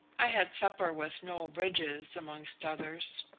i had supper with noel bridges, amongst others.